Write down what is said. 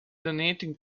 donating